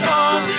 on